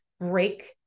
break